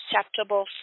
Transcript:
acceptable